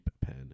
pen